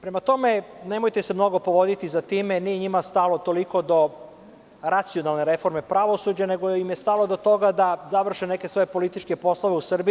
Prema tome, nemojte se mnogo povoditi za time, nije njima stalo toliko do racionalne reforme pravosuđa, nego im je stalo do toga da završene neke svoje političke poslove u Srbiji.